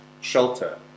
shelter